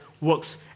works